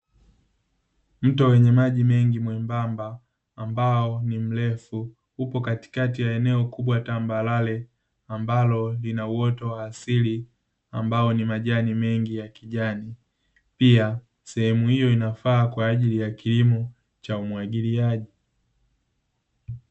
Mto wenye maji mengi mwembamba ambao ni mrefu, upo katikati ya eneo kubwa tambarare, ambalo lina uoto wa asili, ambao ni majani mengi ya kijani; pia sehemu hiyo inafaa kwa ajili ya kilimo cha umwagiliaji.